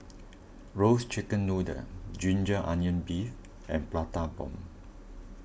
Roasted Chicken Noodle Ginger Onions Beef and Prata Bomb